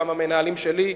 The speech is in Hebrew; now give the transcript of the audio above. אלא גם המנהלים שלי,